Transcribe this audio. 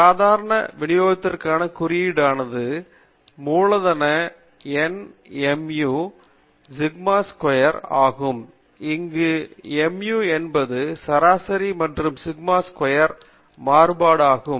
சாதாரண விநியோகத்திற்கான குறியீடானது மூலதன N mu comma sigma square ஆகும் இங்கு mu என்பது சராசரி மற்றும் சிக்மா ஸ்கொயர் மாறுபாடு ஆகும்